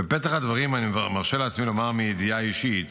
בפתח הדברים אני מרשה לעצמי לומר מידיעה אישית